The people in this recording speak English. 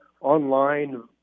online